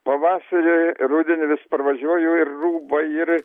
pavasarį rudenį vis parvažiuoju ir rūbai ir